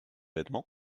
vêtements